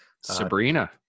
Sabrina